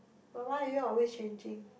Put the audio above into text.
but why are you always changing